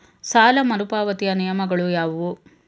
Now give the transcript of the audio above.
ಸಾಲ ಮರುಪಾವತಿಯ ನಿಯಮಗಳು ಯಾವುವು?